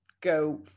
go